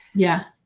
yeah.